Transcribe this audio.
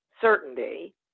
certainty